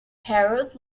harold